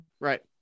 Right